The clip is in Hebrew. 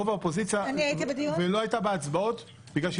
רוב האופוזיציה לא הייתה בהצבעות בגלל שהיא